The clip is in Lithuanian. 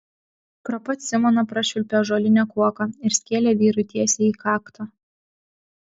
pro pat simoną prašvilpė ąžuolinė kuoka ir skėlė vyrui tiesiai į kaktą